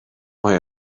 mae